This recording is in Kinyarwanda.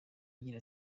agira